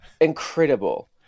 incredible